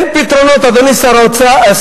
אין פתרונות, אדוני שר השיכון.